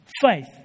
faith